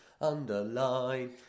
underline